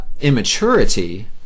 immaturity